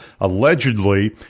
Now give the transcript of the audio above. allegedly